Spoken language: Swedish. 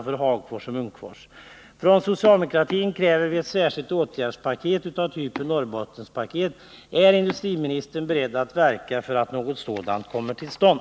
Från socialdemokratin kräver vi ett särskilt åtgärdspaket av typ Norrbottenspaket. Är industriministern beredd att verka för att något sådant kommer till stånd?